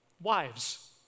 Wives